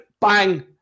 bang